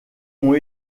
ont